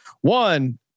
One